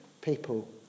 people